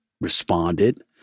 responded